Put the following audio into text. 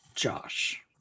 josh